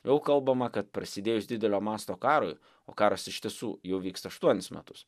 daug kalbama kad prasidėjus didelio masto karui o karas iš tiesų jau vyksta aštuonis metus